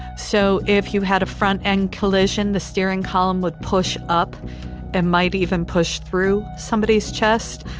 so if you had a front end collision, the steering column would push up and might even push through somebody's chest,